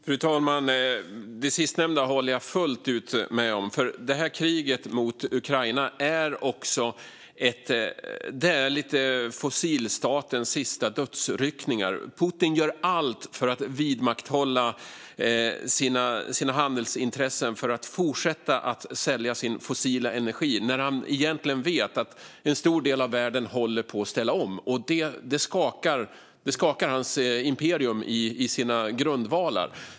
Fru talman! Det sistnämnda håller jag fullt ut med om. Kriget mot Ukraina är också något av fossilstatens dödsryckningar. Putin gör allt för att vidmakthålla sina handelsintressen för att fortsätta sälja sin fossila energi när han vet att en stor del av världen håller på att ställa om. Det skakar hans imperium i dess grundvalar.